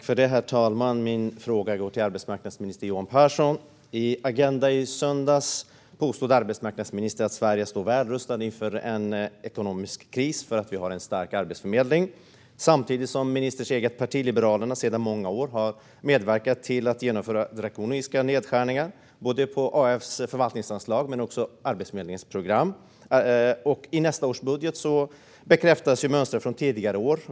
Herr talman! Min fråga går till arbetsmarknadsminister Johan Pehrson. I Agenda i söndags påstod arbetsmarknadsministern att Sverige står väl rustat inför en ekonomisk kris därför att vi har en stark arbetsförmedling. Samtidigt har ministerns eget parti, Liberalerna, sedan många år medverkat till att genomföra drakoniska nedskärningar både på AF:s förvaltningsanslag och på Arbetsförmedlingens program. I nästa års budget bekräftas mönstren från tidigare år.